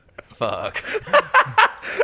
Fuck